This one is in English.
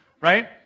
right